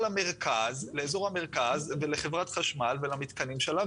לאזור המרכז ולחברת החשמל ולמתקנים שלה,